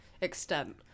extent